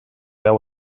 veu